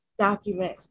Document